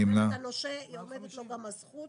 הנושה, עומדת לו גם הזכות